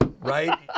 Right